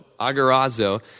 agarazo